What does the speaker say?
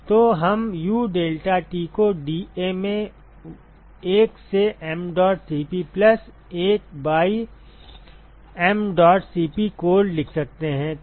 तो हम U deltaT को dA में 1 से mdot Cp plus 1 by mdot Cp cold लिख सकते हैं